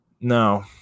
No